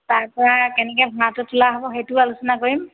তাৰ পৰা কেনেকৈ ভাৰাটো তোলা হ'ব সেইটোও আলোচনা কৰিম